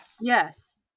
Yes